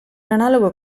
analogo